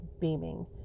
beaming